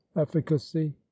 efficacy